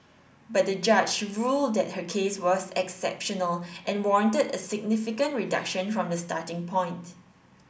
but the judge ruled that her case was exceptional and warranted a significant reduction from the starting point